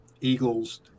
Eagles